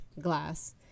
glass